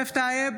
יוסף טייב,